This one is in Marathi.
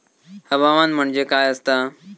हवामान म्हणजे काय असता?